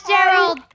Gerald